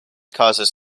causes